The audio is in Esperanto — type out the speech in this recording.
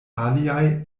aliaj